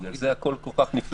בגלל זה הכול כל כך נפלא.